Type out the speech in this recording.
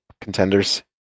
contenders